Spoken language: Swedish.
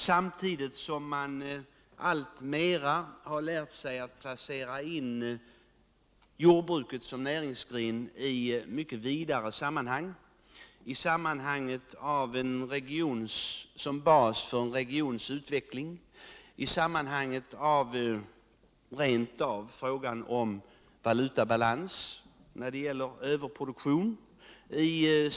Samtidigt har man alltmera lärt sig att placera in jordbruket som näringsgren i mycket vidare sammanhang, såsom bas för en regions utveckling, såsom faktor för valutabalans när det gäller överproduktion.